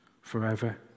forever